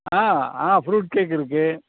ஆ ஆ fruit cake இருக்குது